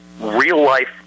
real-life